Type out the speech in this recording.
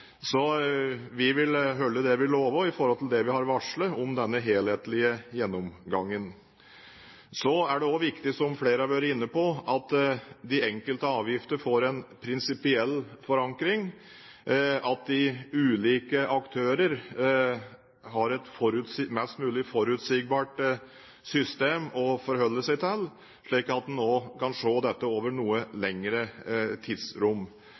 Så vi vil holde det vi lover, i forhold til det vi har varslet, om denne helhetlige gjennomgangen. Det er også viktig, som flere har vært inne på, at de enkelte avgifter får en prinsipiell forankring, at de ulike aktører har et mest mulig forutsigbart system å forholde seg til, slik at en også kan se dette over et noe lengre tidsrom.